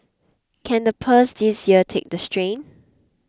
can the purse this year take the strain